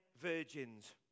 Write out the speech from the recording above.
virgins